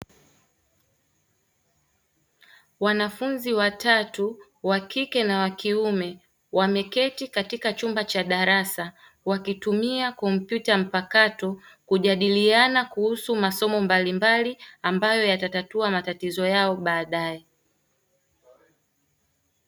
Wanafunzi watatu: wa kike na wa kiume wameketi katika chumba cha darasa wakitumia kompyuta mpakato kujadiliana kuhusu masomo mbalimbali ambayo yata tatua matatizo yao baade.